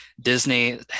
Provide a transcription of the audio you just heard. Disney